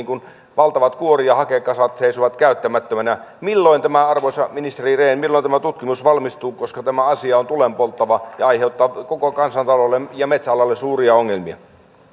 kun valtavat kuori ja hakekasat seisovat käyttämättömänä milloin arvoisa ministeri rehn tämä tutkimus valmistuu koska tämä asia on tulenpolttava ja aiheuttaa koko kansantaloudelle ja metsäalalle suuria ongelmia arvoisa